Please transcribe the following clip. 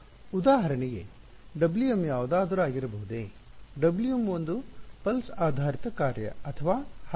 ಉದಾಹರಣೆಗೆ W m ಯಾವುದಾದರೂ ಆಗಿರಬಹುದೇ W m ಒಂದು ನಾಡಿ ಪಲ್ಸ್ ಆಧಾರಿತ ಕಾರ್ಯ ಅಥವಾ ಹಾಗೆ ಹೊಂದುವಂತಹ ದಿರಬಹುದು